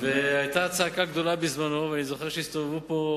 היתה אז צעקה גדולה ואני זוכר שהסתובבו פה